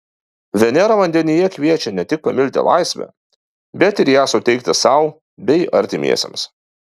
venera vandenyje kviečia ne tik pamilti laisvę bet ir ją suteikti sau bei artimiesiems